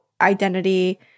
identity